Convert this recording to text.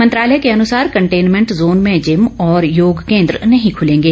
मंत्रालय के अनुसार कंटेनमेंट जोन में जिम और योग केन्द्र नहीं खुलेंगे